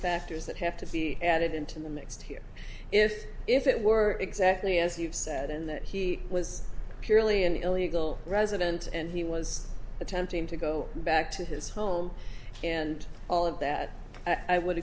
factors that have to be added into the mix here if if it were exactly as you said and that he was purely an illegal resident and he was attempting to go back to his home and all of that i would